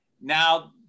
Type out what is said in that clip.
Now